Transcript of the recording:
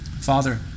Father